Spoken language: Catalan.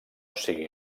sigui